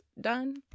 done